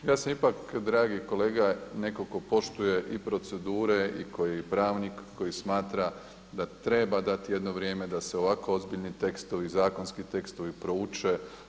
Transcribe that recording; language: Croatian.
Ja sam ipak dragi kolega netko tko poštuje i procedure i koji je pravnik, koji smatra da treba dati jedno vrijeme da se ovako ozbiljni tekstovi, zakonski tekstovi prouče.